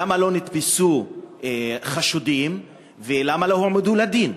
2. למה לא נתפסו חשודים ולמה לא הועמדו לדין?